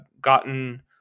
gotten